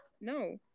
No